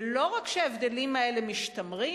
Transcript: ולא רק שההבדלים האלה משתמרים,